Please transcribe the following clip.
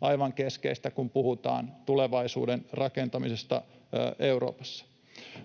Aivan keskeistä, kun puhutaan tulevaisuuden rakentamisesta Euroopassa.